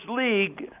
league